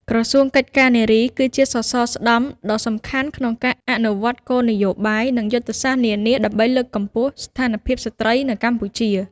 ក្រសួងកិច្ចការនារី គឺជាសសរស្តម្ភដ៏សំខាន់ក្នុងការអនុវត្តគោលនយោបាយ និងយុទ្ធសាស្ត្រនានាដើម្បីលើកកម្ពស់ស្ថានភាពស្ត្រីនៅកម្ពុជា។